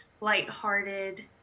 lighthearted